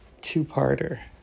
two-parter